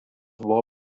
buvo